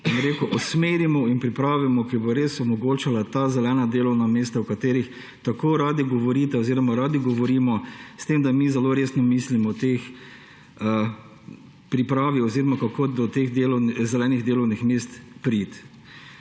usmerimo in pripravimo, da bo res omogočena ta zelena delovna mesta, o katerih tako radi govorite oziroma radi govorimo, s tem da mi zelo resno mislimo o teh pripravah oziroma kako do teh zelenih delovnih mest priti.